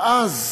ואז,